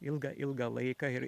ilgą ilgą laiką ir